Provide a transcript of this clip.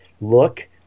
look